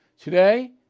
Today